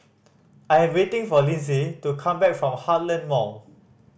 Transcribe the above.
I'm waiting for Lindsay to come back from Heartland Mall